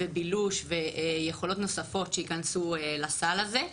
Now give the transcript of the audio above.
בילוש ויכולות נוספות שייכנסו לסל הזה.